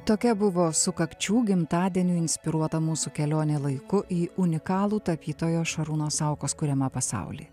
tokia buvo sukakčių gimtadienių inspiruota mūsų kelionė laiku į unikalų tapytojo šarūno saukos kuriamą pasaulį